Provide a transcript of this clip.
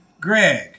Greg